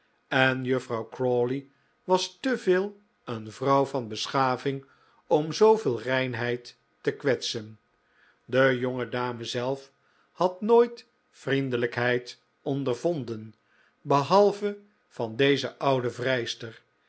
en juffrouw crawley was te veel een vrouw van beschaving om zooveel reinheid te kwetsen de jonge dame zelf had nooit vriendelijkheid ondervonden behalve van deze oude vrijster